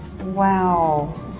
Wow